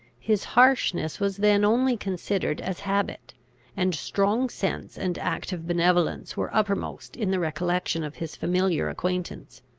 his harshness was then only considered as habit and strong sense and active benevolence were uppermost in the recollection of his familiar acquaintance.